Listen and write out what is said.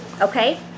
okay